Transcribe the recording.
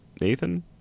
nathan